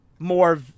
More